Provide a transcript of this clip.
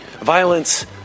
Violence